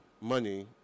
money